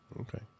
Okay